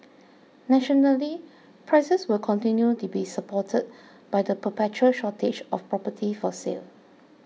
nationally prices will continue to be supported by the perpetual shortage of property for sale